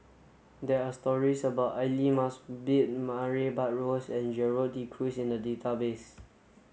there are stories about Aidli Mosbit Murray Buttrose and Gerald De Cruz in the database